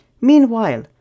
Meanwhile